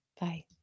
bye